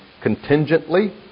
contingently